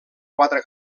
quatre